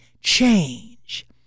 change